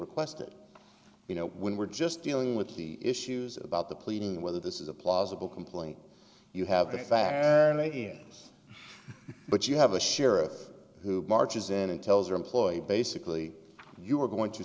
request it you know when we're just dealing with key issues about the pleading whether this is a plausible complaint you have a sad day here but you have a sheriff who marches in and tells are employed basically you're going to